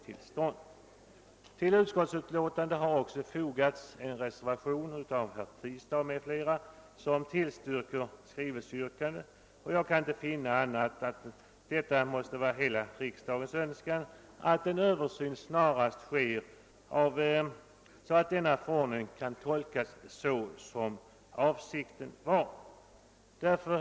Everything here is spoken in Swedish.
Till utskottsbetänkandet har också fogats en reservation av herr Tistad m.fl. i vilken yrkandet om skrivelse tillstyrks, och jag kan inte finna annat än att det måste vara hela riksdagens önskan att en översyn sker snarast, så att förordningen kan tolkas som avsik Herr talman!